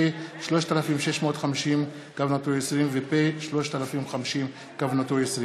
פ/3650/20 ופ/3050/20,